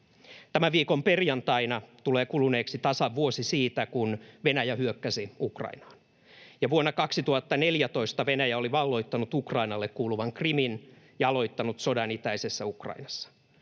Tämän viikon perjantaina tulee kuluneeksi tasan vuosi siitä, kun Venäjä hyökkäsi Ukrainaan, ja vuonna 2014 Venäjä oli valloittanut Ukrainalle kuuluvan Krimin ja aloittanut sodan itäisessä Ukrainassa.